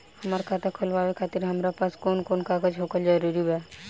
हमार खाता खोलवावे खातिर हमरा पास कऊन कऊन कागज होखल जरूरी बा?